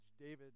David